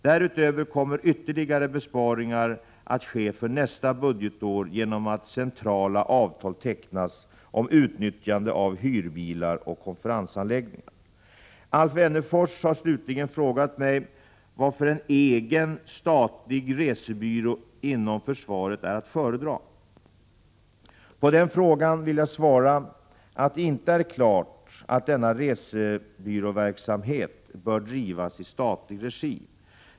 Därutöver kommer ytterligare besparingar att ske för nästa budgetår genom att centrala avtal tecknats om utnyttjande av hyrbilar och konferensanläggningar. Alf Wennerfors har slutligen frågat mig varför en egen, statlig resebyrå inom försvaret är att föredra. På den frågan vill jag svara att det inte är klart att denna resebyråverksamhet bör drivas i statlig regi.